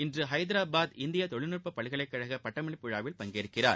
இன்று ஐதராபாத் இந்திய தொழில்நுட்பக்கழக பட்டமளிப்பு விழாவில் பங்கேற்கிறார்